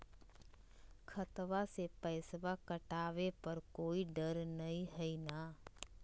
खतबा से पैसबा कटाबे पर कोइ डर नय हय ना?